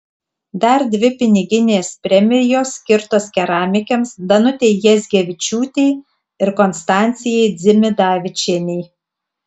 dar dvi piniginės premijos skirtos keramikėms danutei jazgevičiūtei ir konstancijai dzimidavičienei